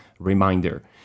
reminder